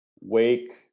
Wake